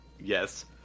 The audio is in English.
Yes